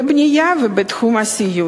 בבנייה ובסיעוד?